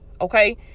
Okay